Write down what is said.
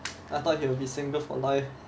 I thought he will be single for life